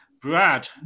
Brad